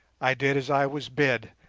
i did as i was bid!